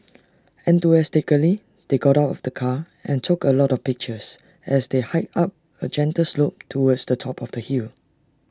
enthusiastically they got out of the car and took A lot of pictures as they hiked up A gentle slope towards the top of the hill